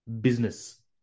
Business